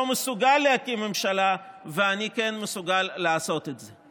מסוגל להקים ממשלה ואני כן מסוגל לעשות את זה,